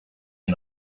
and